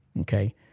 Okay